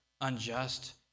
unjust